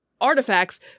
artifacts